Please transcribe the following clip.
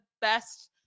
best